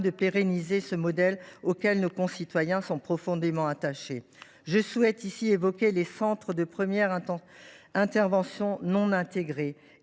de pérenniser ce modèle auquel nos concitoyens sont profondément attachés. Je souhaite ici évoquer les centres de première intervention non intégrés